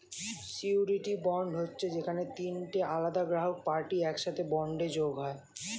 surety bond হচ্ছে যেখানে তিনটে আলাদা গ্রাহক পার্টি একসাথে বন্ডে যোগ হয়